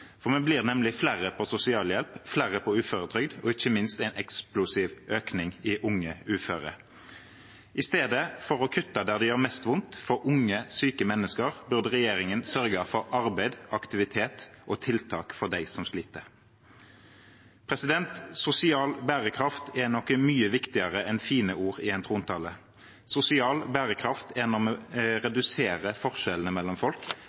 Vi blir nemlig flere på sosialhjelp, flere på uføretrygd, og ikke minst er det en eksplosiv økning i antall unge uføre. I stedet for å kutte der det gjør mest vondt, for unge syke mennesker, burde regjeringen sørget for arbeid, aktivitet og tiltak for dem som sliter. Sosial bærekraft er noe mye viktigere enn fine ord i en trontale. Sosial bærekraft er når vi reduserer forskjellene mellom folk,